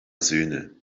söhne